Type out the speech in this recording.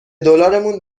دلارمون